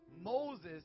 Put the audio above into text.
Moses